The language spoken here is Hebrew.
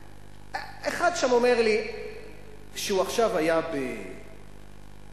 אחד שם אומר לי שהוא היה עכשיו באוסטריה,